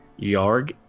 Yarg